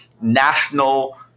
national